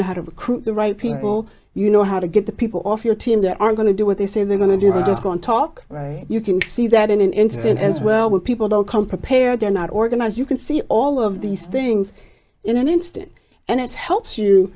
know how to recruit the right people you know how to get the people off your team that are going to do what they say they're going to do it is going to talk you can see that in an incident as well where people don't come prepared they're not organized you can see all of these things in an instant and it helps you